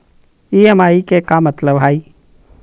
EMI के का मतलब हई?